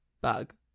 Bug